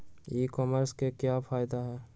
ई commerce के क्या फायदे हैं?